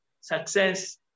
success